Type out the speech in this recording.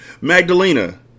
Magdalena